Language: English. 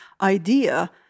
idea